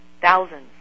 thousands